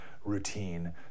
Routine